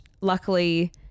luckily